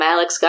Alex